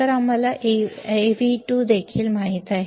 तर आम्हाला आता Av2 देखील माहित आहे